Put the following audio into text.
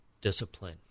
discipline